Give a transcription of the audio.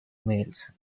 males